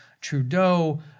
Trudeau